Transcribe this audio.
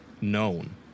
known